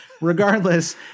regardless